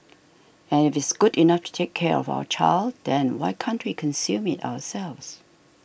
and if it's good enough to take care of our child then why can't we consume it ourselves